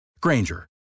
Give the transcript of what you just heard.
Granger